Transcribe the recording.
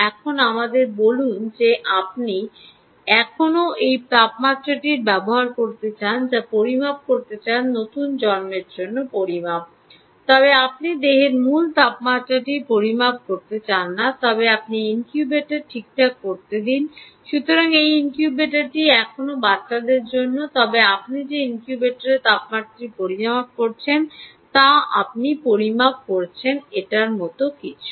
এখন আমাদের বলুন যে আপনি এখনও এই তাপমাত্রাটি ব্যবহার করতে চান তা পরিমাপ করতে চান নতুন জন্মের জন্য পরিমাপ তবে আপনি দেহের মূল তাপমাত্রাটি পরিমাপ করতে চান না তবে আপনি ইনকিউবেটরটি ঠিকঠাক বলতে দিন সুতরাং এটি ইনকিউবেটরটি এখনও বাচ্চাদের জন্য তবে আপনি যে ইনকিউবেটারের তাপমাত্রাটি পরিমাপ করতে পারছেন তা আপনি পরিমাপ করছেন এটার মতো কিছু